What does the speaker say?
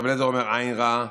רבי אליעזר אומר: עין רעה.